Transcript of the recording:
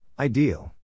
Ideal